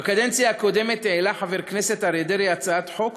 בקדנציה הקודמת העלה חבר כנסת אריה דרעי הצעת חוק